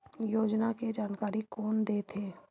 योजना के जानकारी कोन दे थे?